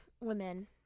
women